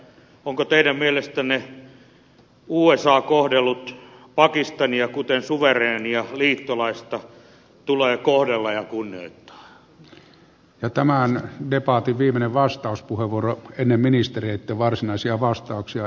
onko teidän mielestänne usa kohdellut pakistania kuten suvereenia liittolaista tulee kohdella ja vaativiin vastauspuheenvuoro ennen ministereitä varsinaisia kunnioittaa